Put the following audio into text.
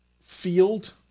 field